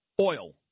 Oil